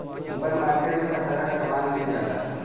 super market में सब तरह के सामान मिल जाला